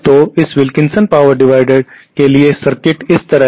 तो इस Wilkinson power dividend के लिए सर्किट इस तरह है